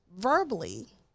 Verbally